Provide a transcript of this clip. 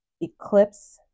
eclipse